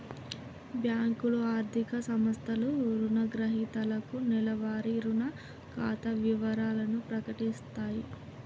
బ్యేంకులు, ఆర్థిక సంస్థలు రుణగ్రహీతలకు నెలవారీ రుణ ఖాతా వివరాలను ప్రకటిత్తయి